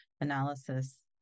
analysis